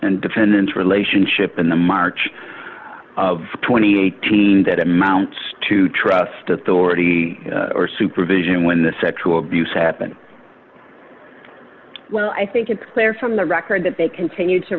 and dependence relationship in the march of twenty eight team that amounts to trust authority or supervision when the sexual abuse happened well i think it's clear from the record that they continued to